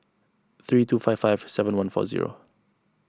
three two five five seven one four zero